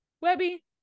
Webby